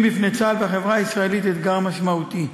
בפני צה"ל והחברה הישראלית אתגר משמעותי.